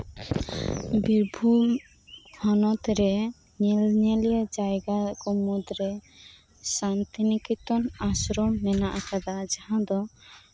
ᱵᱤᱨᱵᱷᱩᱢ ᱦᱚᱱᱚᱛᱨᱮ ᱧᱮᱧᱮᱞ ᱡᱟᱭᱜᱟ ᱠᱚ ᱢᱩᱫᱨᱮ ᱥᱟᱱᱛᱤᱱᱤᱠᱮᱛᱚᱱ ᱟᱥᱨᱚᱢ ᱢᱮᱱᱟᱜ ᱟᱠᱟᱫᱟ ᱡᱟᱸᱦᱟ ᱫᱚ